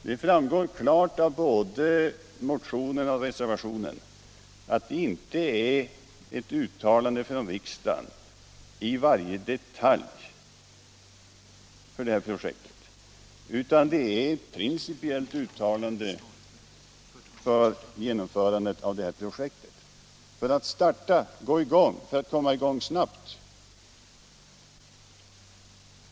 Det framgår klart av både motionen och reservationen att det inte är ett uttalande från riksdagen för projektet i varje detalj utan ett principiellt uttalande för genomförandet av detta och för att snabbt komma i gång med det, som det är fråga om.